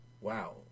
wow